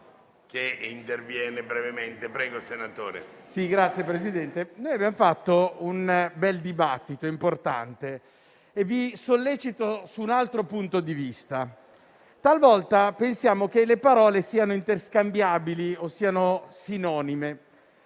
abbiamo fatto un bel dibattito importante, ma vi sollecito su un altro punto di vista. Talvolta pensiamo che le parole siano interscambiabili o sinonime,